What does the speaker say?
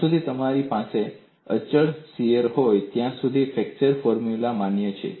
જ્યા સુધી તમારી પાસે અચળ શીયર હોય ત્યાં સુધી ફ્લેક્ચર ફોર્મ્યુલા માન્ય છે